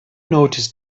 noticed